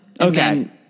Okay